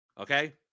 Okay